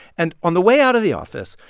and on the way out of the office,